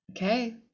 Okay